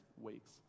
weeks